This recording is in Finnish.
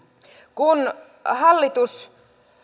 kun hallitus